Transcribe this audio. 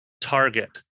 target